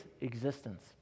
existence